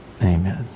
Amen